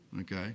okay